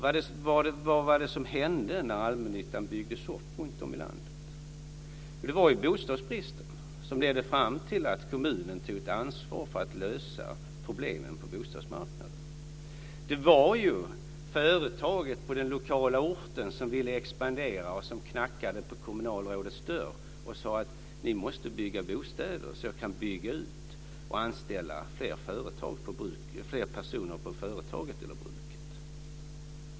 Vad var det som hände när allmännyttan byggdes upp runtom i landet? Ja, det var bostadsbristen som ledde fram till att kommunerna tog ett ansvar för att lösa problemen på bostadsmarknaden. Det var företagen på den lokala orten som ville expandera och som knackade på kommunalrådets dörr och sade att de måste bygga bostäder så att företagen kan bygga ut och anställa fler personer på företaget eller bruket.